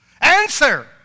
Answer